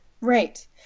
right